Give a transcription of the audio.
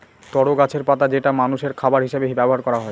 তরো গাছের পাতা যেটা মানষের খাবার হিসেবে ব্যবহার করা হয়